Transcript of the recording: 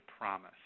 promise